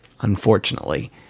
unfortunately